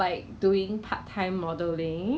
I cannot live without bubble tea [one] leh